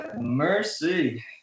Mercy